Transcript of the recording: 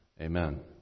amen